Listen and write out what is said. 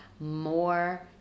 more